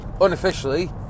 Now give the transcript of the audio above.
unofficially